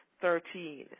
thirteen